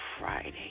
Friday